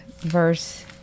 verse